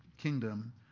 kingdom